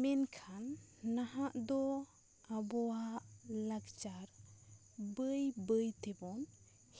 ᱢᱮᱱᱠᱷᱟᱱ ᱱᱟᱦᱟᱜ ᱫᱚ ᱟᱵᱚᱣᱟᱜ ᱞᱟᱠᱪᱟᱨ ᱵᱟᱹᱭ ᱵᱟᱹᱭ ᱛᱮᱵᱚᱱ